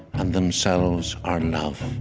and themselves are love.